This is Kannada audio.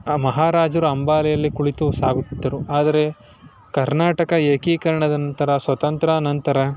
ಆ ಮಹಾರಾಜರು ಅಂಬಾರಿಯಲ್ಲಿ ಕುಳಿತು ಸಾಗುತ್ತಿದ್ದರು ಆದರೆ ಕರ್ನಾಟಕ ಏಕೀಕರಣದ ನಂತರ ಸ್ವತಂತ್ರ್ಯಾನಂತರ